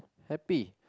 happy